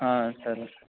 సరే సార్